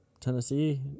Tennessee